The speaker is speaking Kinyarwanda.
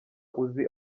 uzi